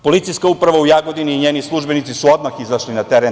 Policijska uprava u Jagodini i njeni službenici su odmah izašli na teren.